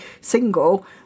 single